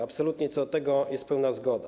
Absolutnie co do tego jest pełna zgoda.